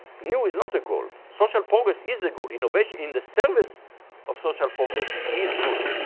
new is not a goal, social progress is a goal. innovation in the service of social progress is good.